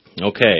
Okay